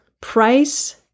Price